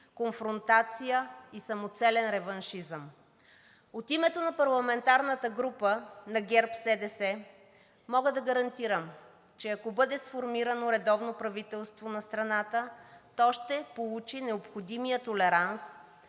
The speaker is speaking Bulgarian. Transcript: конфронтация и самоцелен реваншизъм. От името на парламентарната група на ГЕРБ-СДС мога да гарантирам, че ако бъде сформирано редовно правителство на страната, то ще получи необходимия толеранс